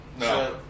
No